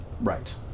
Right